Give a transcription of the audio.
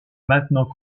maintenant